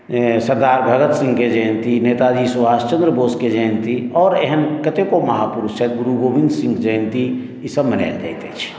सरदार भगत सिंहके जयन्ती नेताजी सुभाष चन्द्र बोसके जयन्ती आओर एहन कतेको महापुरुष छथि गुरु गोविन्द सिंह जयन्ती ईसभ मनायल जाइत अछि